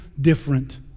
different